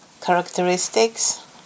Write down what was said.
characteristics